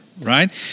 right